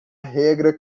regra